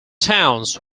towns